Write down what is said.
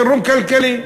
חירום כלכלי.